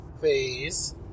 phase